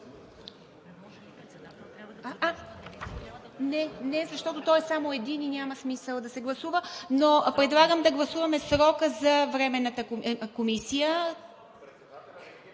Не, защото той е един и няма смисъл да се гласува, но предлагам да гласуваме срока за Временната комисия…